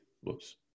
whoops